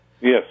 Yes